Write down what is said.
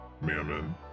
Mammon